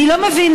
אני לא מבינה,